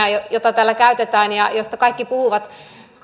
jota täällä käytetään ja josta kaikki puhuvat